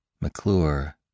McClure